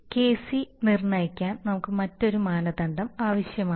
Kc നിർണ്ണയിക്കാൻ നമുക്ക് മറ്റൊരു മാനദണ്ഡം ആവശ്യമാണ്